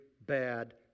bad